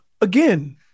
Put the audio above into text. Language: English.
again